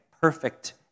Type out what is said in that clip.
perfect